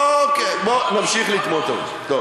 אוקיי, בוא נמשיך לטמון את הראש בחול.